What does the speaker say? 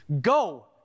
Go